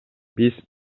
биз